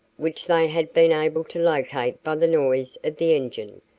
which they had been able to locate by the noise of the engine,